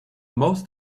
most